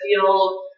feel